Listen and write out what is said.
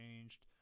changed